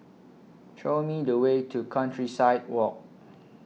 Show Me The Way to Countryside Walk